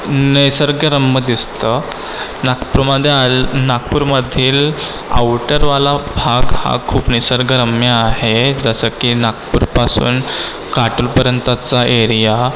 निसर्गरम्य दिसतं नागपूरमध्ये आल नागपूरमधील आउटरवाला भाग हा खूप निसर्गरम्य आहे जसं की नागपूरपासून काटोलपर्यंतचा एरिया